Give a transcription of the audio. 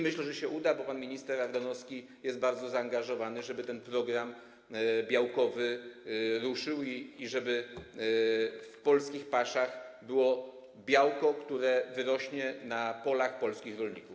Myślę, że się uda, bo pan minister Ardanowski jest bardzo zaangażowany w to, żeby ten program białkowy ruszył i żeby w polskich paszach było białko, które wyrośnie na polach polskich rolników.